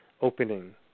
opening